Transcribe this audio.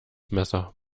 messer